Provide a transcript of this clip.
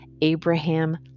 Abraham